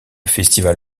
festival